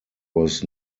was